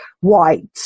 white